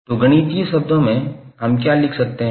तो गणितीय शब्दों में हम क्या लिख सकते हैं